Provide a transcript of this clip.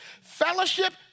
fellowship